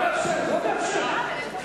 הסתייגות של קבוצת מרצ, קבוצת קדימה,